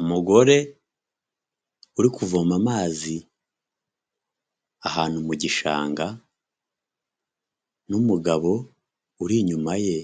Umugore uri kuvoma amazi ahantu mu gishanga n'umugabo uri inyuma ye